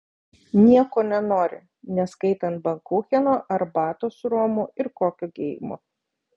nieko nenori neskaitant bankucheno arbatos su romu ir kokio geimo